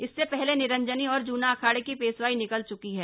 इससे पहले निरंजनी और जूना अखाड़े की पेशवाई निकल चुकी है